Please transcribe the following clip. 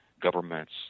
governments